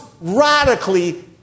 radically